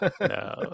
No